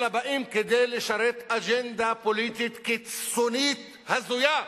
אלא באים כדי לשרת אג'נדה פוליטית קיצונית הזויה.